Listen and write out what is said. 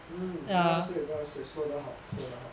mm well said well said 说得好说得好